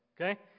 okay